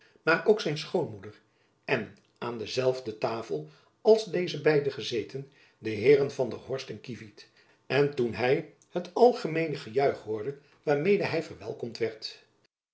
maar ook zijn schoonmoeder en aan dezelfde tafel als deze beiden gezeten de heeren van der horst en kievit en toen hy het algemeene gejuich hoorde waarmede hy verwelkomd werd